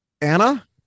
Anna